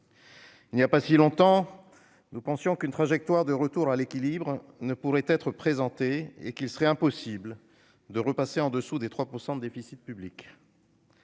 Il n'y a pas si longtemps, nous pensions qu'une trajectoire de retour à l'équilibre ne pourrait être présentée et qu'il nous serait impossible de repasser en dessous des 3 % de déficit public.